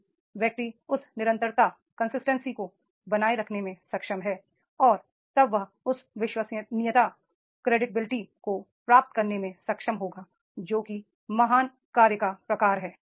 यदि व्यक्ति उस कंसिस्टेंसी को बनाए रखने में सक्षम है और तब वह उस क्रेडिविलिटी को प्राप्त करने में सक्षम होगा जो कि महान कार्य का प्रकार है